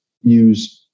use